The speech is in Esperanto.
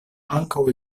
ankaŭ